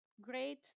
great